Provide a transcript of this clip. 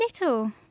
little